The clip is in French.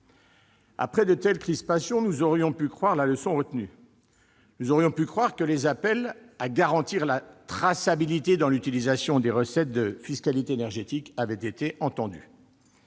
Après de telles crispations, nous aurions pu croire la leçon retenue. Nous aurions pu croire que les appels à garantir la traçabilité de l'utilisation des recettes de fiscalité énergétique avaient été entendus.